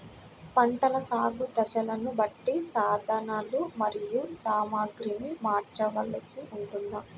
పంటల సాగు దశలను బట్టి సాధనలు మరియు సామాగ్రిని మార్చవలసి ఉంటుందా?